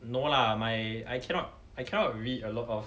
no lah my I cannot I cannot read a lot of